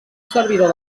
servidor